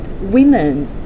women